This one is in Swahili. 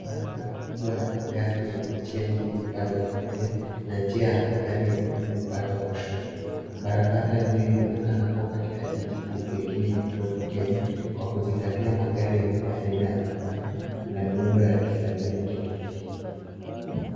Barabara kubwa ya magari yenye njia nyingi upande wa kulia na njia ya magari ya umma upande wa kushoto. Barabara hiyo inaonekana kuwa katika jiji kuu pengine Nairobi, Kenya kwa kuzingatia magari ya umma aina ya matatu na miundo ya kisani ya kipekee.